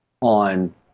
on